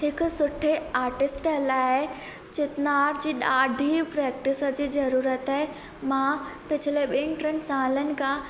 हिक सुठे आर्टिस्ट लाइ चितनार जी ॾाढी प्रैक्टिस जी ज़रूरत आहे मां पिछले ॿिनि टिनि सालनि खां